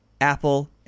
Apple